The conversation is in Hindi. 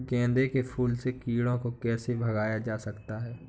गेंदे के फूल से कीड़ों को कैसे भगाया जा सकता है?